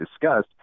discussed